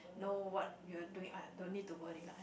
know what you are doing !aiya! no need to worry lah